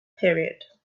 period